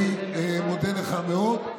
אני מודה לך מאוד,